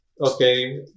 Okay